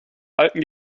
alten